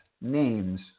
names